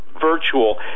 virtual